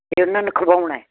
ਅਤੇ ਉਹਨਾਂ ਨੂੰ ਖਿਲਾਉਣਾ